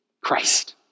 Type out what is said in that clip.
Christ